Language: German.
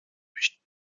möchten